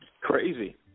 Crazy